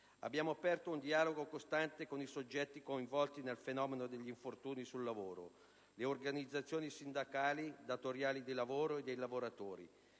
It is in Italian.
Abbiamo aperto un dialogo costante con i soggetti coinvolti nel fenomeno degli infortuni sul lavoro: le organizzazioni sindacali, quelle datoriali di lavoro e dei lavoratori,